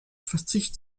verzicht